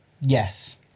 Yes